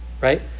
right